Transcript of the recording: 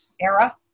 era